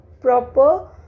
proper